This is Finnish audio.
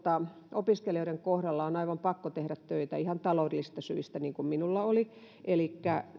opiskelijoiden kohdalla on aivan pakko tehdä töitä ihan taloudellisista syistä niin kuin minulla oli elikkä